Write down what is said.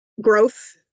Growth